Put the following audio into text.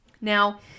Now